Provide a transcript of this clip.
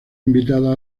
invitada